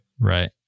right